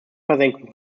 versenkung